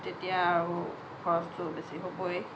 তেতিয়া আৰু খৰচটো বেছি হ'বই